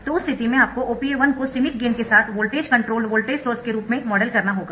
तो उस स्थिति में आपको OPA 1 को सीमित गेन के साथ वोल्टेज कंट्रोल्ड वोल्टेज सोर्स के रूप में मॉडल करना होगा